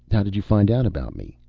how did you find out about me?